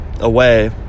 away